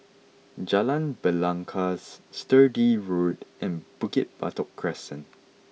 Jalan Belangkas Sturdee Road and Bukit Batok Crescent